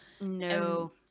no